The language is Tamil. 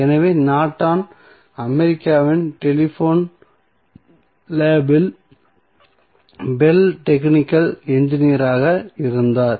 எனவே நார்டன் அமெரிக்காவின் டெலிபோன் லேப் இல் பெல் டெக்னிகல் என்ஜினீயராக இருந்தார்